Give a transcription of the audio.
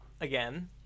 again